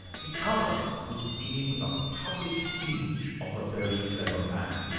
the other was being the public image of a very clever man.